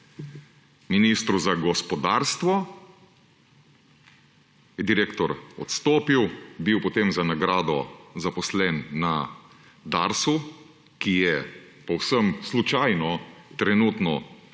ministru za gospodarstvo, je direktor odstopil, bil potem za nagrado zaposlen na Darsu, ki je povsem slučajno trenutno